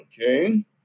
okay